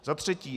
Za třetí.